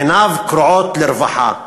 עיניו קרועות לרווחה,